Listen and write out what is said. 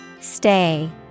Stay